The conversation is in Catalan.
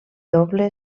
doble